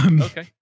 Okay